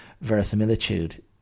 verisimilitude